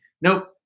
Nope